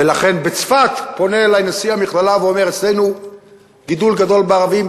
ולכן בצפת פונה אלי נשיא המכללה ואומר: יש אצלנו גידול גדול בערבים,